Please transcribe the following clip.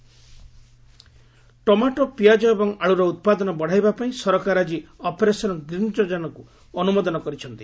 govt tops tomato ପିଆଜ ଏବଂ ଆଳୁର ଉତ୍ପାଦନ ବଡ଼ାଇବାପାଇଁ ସରକାର ଆକି ଅପରେସନ୍ ଗ୍ରୀନ୍ ଯୋଜନାକୁ ଅନୁମୋଦନ କରିଛନ୍ତି